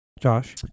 Josh